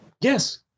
Yes